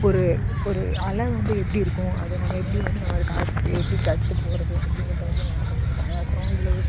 ஒரு ஒரு அலை வந்து எப்படி இருக்கும் அதை நம்ம எப்படி வந்து நம்ம எப்படி தடுத்து போகிறது அப்படிங்கிறத வந்து நான் கற்றுக்கிட்டேன் அப்புறம் இதில்